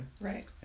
Right